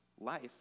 life